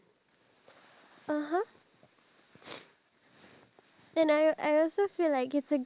sort of knowledge information and they're actually educated on a certain country